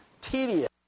tedious